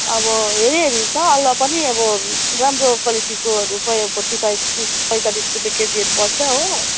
अब हेरि हेरि छ अलुवा पनि अब राम्रो क्वालिटीकोहरू त फोर्टी फाइभ रुपिस् पैँतालिस रुपियाँ केजीहरू पर्छ हो